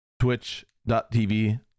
twitch.tv